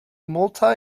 multi